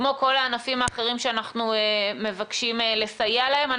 כמו כל הענפים האחרים שאנחנו מבקשים לסייע להם.